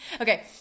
okay